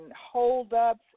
holdups